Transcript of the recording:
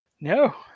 No